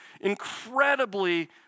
incredibly